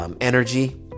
energy